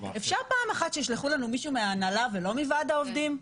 אפשר פעם אחת שישלחו לנו מישהו מההנהלה ולא מוועד העובדים?